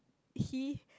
he